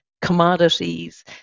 commodities